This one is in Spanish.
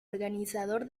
organizador